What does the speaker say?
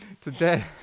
Today